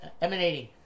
emanating